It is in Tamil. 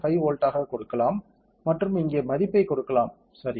5 வோல்டாக கொடுக்கலாம் மற்றும் இங்கே மதிப்பை கொடுக்கலாம் சரி